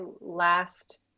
last